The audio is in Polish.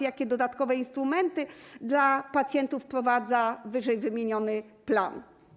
Jakie dodatkowe instrumenty dla pacjentów wprowadza wyżej wymieniony plan?